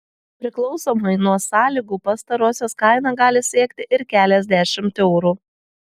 priklausomai nuo sąlygų pastarosios kaina gali siekti ir keliasdešimt eurų